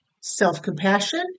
self-compassion